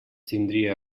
tindria